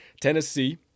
Tennessee